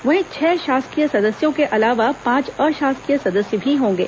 वहीं छह शासकीय सदस्यों के अलावा पांच अशासकीय सदस्य भी होंगे